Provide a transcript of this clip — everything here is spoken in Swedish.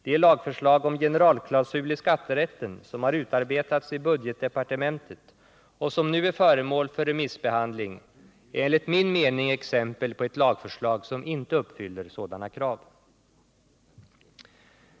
Det lagförslag om generalklausul i skatterätten som har utarbetats i budgetdepartementet och som nu är föremål för remissbehandling är enligt min mening exempel på lagförslag som inte uppfyller sådana krav.